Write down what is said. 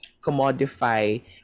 commodify